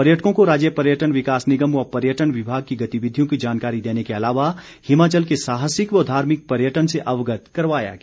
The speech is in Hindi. पर्यटकों को राज्य पर्यटन विकास निगम व पर्यटन विभाग की गतिविधियों की जानकारी देने के अलावा हिमाचल के साहसिक व धार्मिक पर्यटन से अवगत करवाया गया